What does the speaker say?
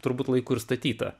turbūt laiku ir statyta